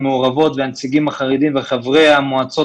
המעורבות והנציגים החרדים וחברי המועצות